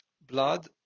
Blood